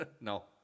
No